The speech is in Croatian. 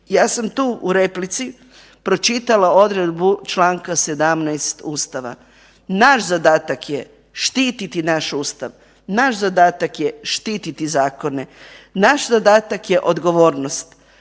Ja sam tu u replici pročitala odredbu Članka 17. Ustava, naš zadatak je štititi naš Ustav, naš zadatak je štititi zakone, naš zadatak je odgovornost.